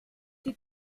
die